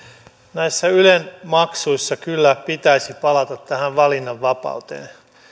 näissä ylen maksuissa kyllä pitäisi palata valinnanvapauteen